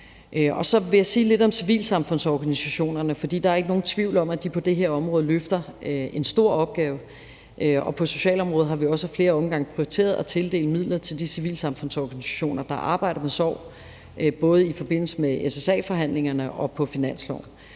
Så vil jeg sige lidt om civilsamfundsorganisationerne, for der er ikke nogen tvivl om, at de på det her område løfter en stor opgave, og på socialområdet har vi også ad flere omgange prioriteret at tildele midler til de civilsamfundsorganisationer, der arbejder med sorg, både i forbindelse med SSA-forhandlingerne og på finansloven.